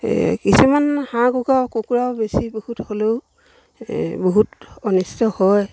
কিছুমান হাঁহ কুকৰা কুকুৰাও বেছি বহুত হ'লেও বহুত অনিষ্ট হয়